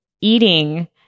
eating